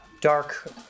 dark